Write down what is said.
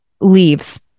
leaves